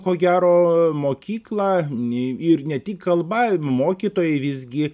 ko gero mokykla n ir ne tik kalba mokytojai visgi